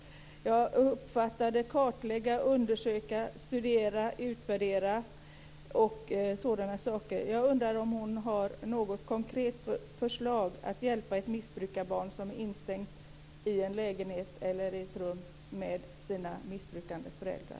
Jag uppfattade orden kartlägga, undersöka, studera, utvärdera och sådana saker. Jag undrar om hon har något konkret förslag om hur man kan hjälpa ett missbrukarbarn som är instängt i en lägenhet eller ett rum med sina missbrukande föräldrar.